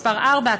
(תיקון מס' 4),